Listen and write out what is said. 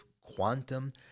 quantum